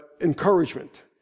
encouragement